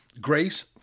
grace